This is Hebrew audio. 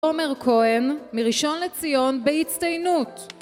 עומר כהן, מראשון לציון, בהצטיינות.